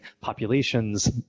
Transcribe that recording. populations